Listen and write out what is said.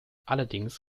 allerdings